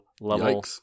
level